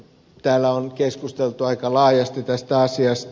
täällä on keskusteltu aika laajasti tästä asiasta